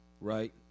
right